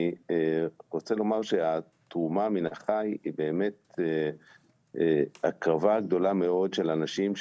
אני רוצה לומר שהתרומה מן החי היא באמת הקרבה גדולה מאוד של אנשים,